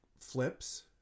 flips